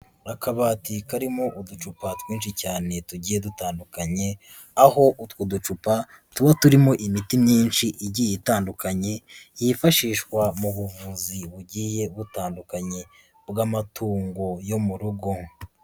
Akabati karimo uducupa twinshi cyane tugiye dutandukanye, aho utwo ducupa tuba turimo imiti myinshi igiye itandukanye, yifashishwa mu buvuzi bugiye butandukanye bw'amatungo yo mu rugo.